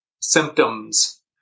symptoms